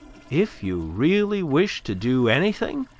if you really wish to do anything,